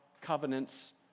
covenants